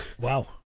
Wow